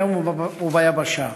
בים וביבשה.